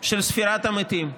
של ספירת המתים.